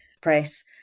press